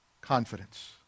Confidence